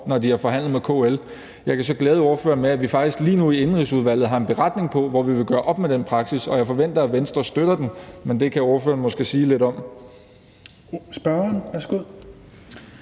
når de har forhandlet med KL. Jeg kan så glæde spørgeren med, at vi faktisk lige nu i Indenrigsudvalget arbejder på en beretning, hvor vi vil gøre op med den praksis, og jeg forventer, at Venstre støtter den. Men det kan spørgeren måske sige lige lidt